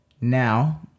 Now